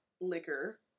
liquor